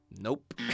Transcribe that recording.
Nope